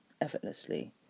effortlessly